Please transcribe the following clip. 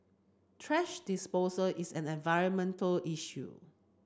thrash disposal is an environmental issue